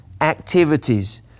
activities